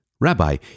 Rabbi